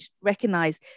recognize